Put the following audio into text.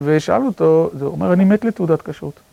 ושאל אותו, זה אומר, אני מת לתעודת קשות.